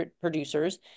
producers